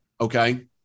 Okay